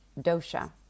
dosha